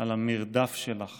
על המרדף שלך